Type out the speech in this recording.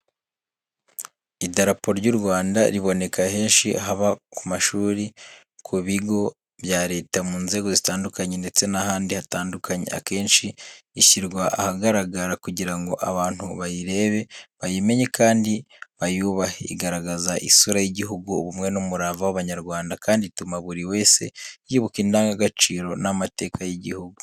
Idarapo ry’u Rwanda riboneka henshi, haba ku mashuri, ku bigo bya Leta mu nzego zitandukanye ndetse n’ahandi hatandukanye. Akenshi ishyirwa ahagaragara kugira ngo abantu bayirebe, bayimenye kandi bayubahe. Igaragaza isura y’igihugu, ubumwe n’umurava w’Abanyarwanda, kandi ituma buri wese yibuka indangagaciro n’amateka y’igihugu.